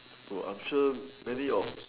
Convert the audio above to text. bro I'm sure many of